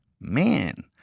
man